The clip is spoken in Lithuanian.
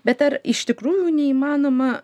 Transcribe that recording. bet ar iš tikrųjų neįmanoma